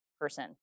person